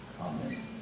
Amen